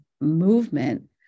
movement